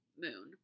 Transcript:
moon